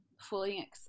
fully